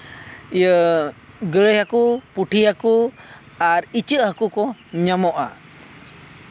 ᱤᱭᱟᱹ ᱜᱟᱹᱬᱟᱹ ᱦᱟᱹᱠᱩ ᱯᱩᱴᱷᱤ ᱦᱟᱹᱠᱩ ᱟᱨ ᱤᱪᱟᱹᱜ ᱦᱟᱹᱠᱩ ᱠᱚ ᱧᱟᱢᱚᱜᱼᱟ